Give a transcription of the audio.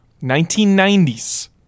1990s